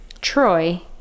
troy